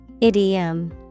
Idiom